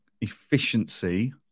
efficiency